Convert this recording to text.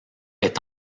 est